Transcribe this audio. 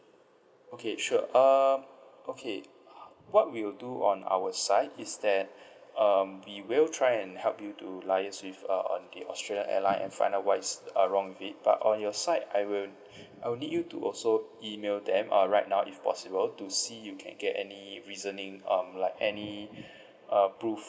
okay sure um okay what we will do on our side is that um we will try and help you to liaise with uh on the australian airline and find out what is uh wrong with it but on your side I will I will need you to also email them uh right now if possible to see you can get any reasoning um like any uh proof